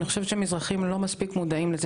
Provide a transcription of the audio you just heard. אני חושבת שמזרחים לא מספיק מודעים לזה